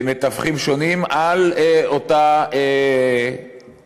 למתווכים שונים על אותה עבודה,